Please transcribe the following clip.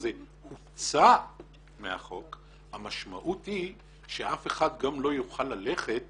הירידה הזאת היא לא בזכות